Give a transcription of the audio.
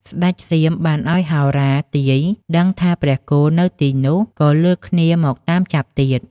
ស្ដេចសៀមបានឲ្យហោរាទាយដឹងថាព្រះគោនៅទីនោះ ក៏លើកគ្នាមកតាមចាប់ទៀត។